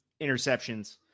interceptions